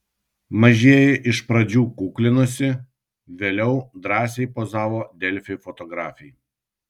mažieji iš pradžių kuklinosi vėliau drąsiai pozavo delfi fotografei